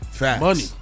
Money